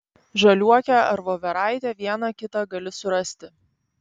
žaliuokę ar voveraitę vieną kitą gali surasti